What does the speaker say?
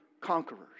conquerors